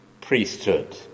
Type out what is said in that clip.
priesthood